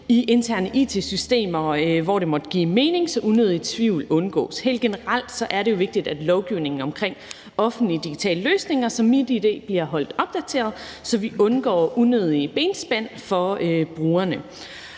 i interne it-systemer, hvor det måtte give mening, så unødig tvivl undgås. Helt generelt er det jo vigtigt, at lovgivningen om offentlige digitale løsninger som MitID bliver holdt opdateret, så vi undgår unødige benspænd for brugerne.